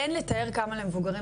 אין לכם מושג כמה זה קשה למבוגרים,